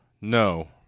No